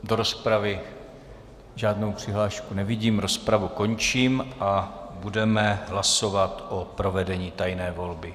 Do rozpravy žádnou přihlášku nevidím, rozpravu končím a budeme hlasovat o provedení tajné volby.